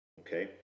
okay